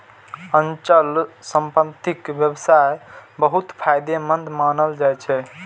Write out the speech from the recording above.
अचल संपत्तिक व्यवसाय बहुत फायदेमंद मानल जाइ छै